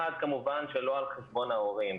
אחד, כמובן שלא על חשבון ההורים.